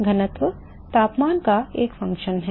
घनत्व तापमान का एक कार्य है